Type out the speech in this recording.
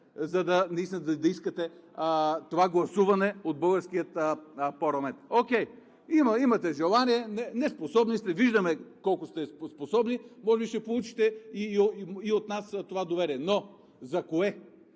сме да искате това гласуване от българския парламент. Окей, имате желание, неспособни сте, виждаме колко сте способни, може би ще получите и от нас това доверие, но за кое?